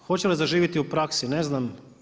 Hoće li zaživiti u praksi ne znam.